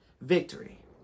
victory